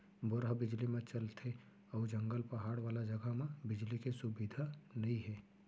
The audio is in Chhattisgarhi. बोर ह बिजली म चलथे अउ जंगल, पहाड़ वाला जघा म बिजली के सुबिधा नइ हे